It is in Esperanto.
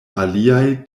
aliaj